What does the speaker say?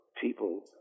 people